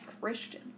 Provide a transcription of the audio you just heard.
Christian